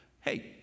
hey